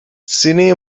سینه